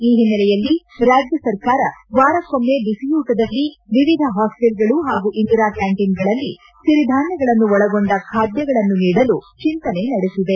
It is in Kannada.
ಈ ಹಿನ್ನೆಲೆಯಲ್ಲಿ ರಾಜ್ಯ ಸರ್ಕಾರ ವಾರಕ್ಕೊಮ್ಮೆ ಬಿಸಿಯೂಟದಲ್ಲಿ ವಿವಿಧ ಹಾಸ್ವೆಲ್ಗಳು ಹಾಗೂ ಇಂದಿರಾಕ್ಯಾಂಟೀನ್ಗಳಲ್ಲಿ ಸಿರಿಧಾನ್ಯಗಳನ್ನು ಒಳಗೊಂಡ ಖಾದ್ಯಗಳನ್ನು ನೀಡಲು ಚಿಂತನೆ ನಡೆಸಿದೆ